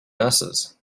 nurses